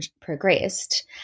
progressed